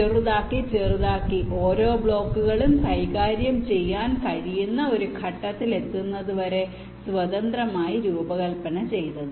ചെറുതാക്കി ചെറുതാക്കി ഓരോ ബ്ലോക്കുകളും കൈകാര്യം ചെയ്യാൻ കഴിയുന്ന ഒരു ഘട്ടത്തിൽ എത്തുന്നതുവരെ സ്വതന്ത്രമായി രൂപകൽപ്പന ചെയ്തത്